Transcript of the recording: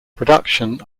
production